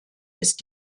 ist